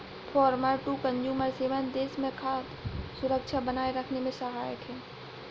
farmer to consumer सेवाएं देश में खाद्य सुरक्षा बनाए रखने में सहायक है